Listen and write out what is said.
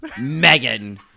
Megan